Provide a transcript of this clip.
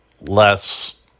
less